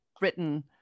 written